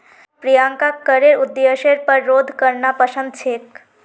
प्रियंकाक करेर उद्देश्येर पर शोध करना पसंद छेक